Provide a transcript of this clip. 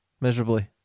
Miserably